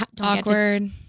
awkward